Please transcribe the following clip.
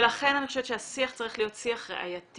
לכן אני חושבת שהשיח צריך להיות שיח ראייתי,